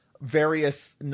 various